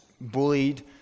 bullied